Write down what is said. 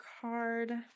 card